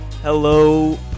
Hello